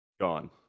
gone